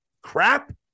crap